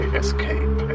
escape